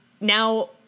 now